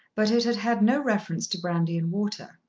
but it had had no reference to brandy and water.